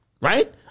Right